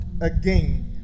again